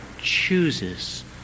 chooses